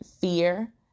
fear